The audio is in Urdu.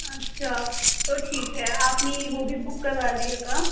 اچھا تو ٹھیک ہے آپ میری وہ بھی بک کروا دیجیے گا